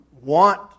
want